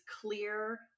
clear